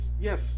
yes